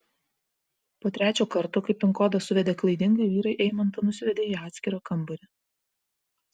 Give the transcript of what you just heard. po trečio karto kai pin kodą suvedė klaidingai vyrai eimantą nusivedė į atskirą kambarį